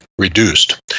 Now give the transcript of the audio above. reduced